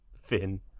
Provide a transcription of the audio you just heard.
Finn